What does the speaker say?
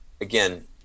again